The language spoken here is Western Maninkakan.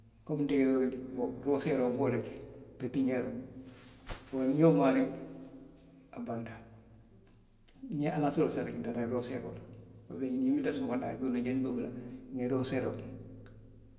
Nte nŋa miŋ ke, rooseeroo ka wo le ke, pepiňeeroo. Niŋ nŋa wo maa reki, a banta. Niŋ nŋa alansaroo sali nka taa rooseeroo la, ubiyeŋ niŋ nwilita somondaa juunoo la, janniŋ nbe bo la, nŋa rooseeroo ke.